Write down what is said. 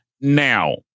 now